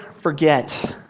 forget